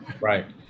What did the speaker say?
Right